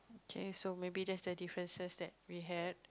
okay so maybe that's the differences that we had